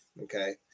okay